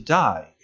die